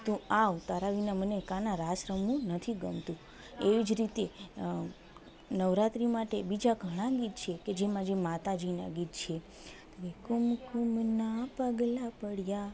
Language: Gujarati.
તું આવ તારા વિના મને કાના રાસ રમવું નથી ગમતું એવી જ રીતે નવરાત્રી માટે બીજા ઘણા ગીત છે કે જેમાં જે માતાજીના ગીત છે